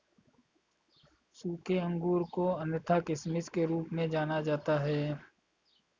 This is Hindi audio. सूखे अंगूर को अन्यथा किशमिश के रूप में जाना जाता है